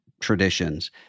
traditions